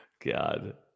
God